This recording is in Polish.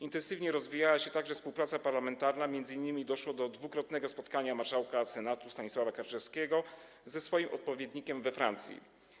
Intensywnie rozwijała się także współpraca parlamentarna, m.in. doszło do dwukrotnego spotkania marszałka Senatu Stanisława Karczewskiego z jego odpowiednikiem we Francji.